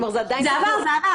זה עבר.